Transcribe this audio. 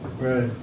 Right